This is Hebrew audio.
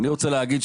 אני רוצה להגיד,